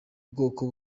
bwoko